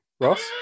Ross